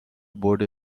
برد